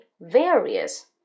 various